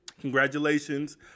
congratulations